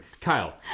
Kyle